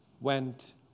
went